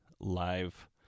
live